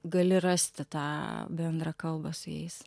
gali rasti tą bendrą kalbą su jais